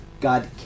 God